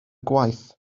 gwaith